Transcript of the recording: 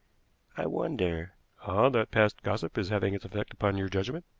i wonder ah! that past gossip is having its effect upon your judgment,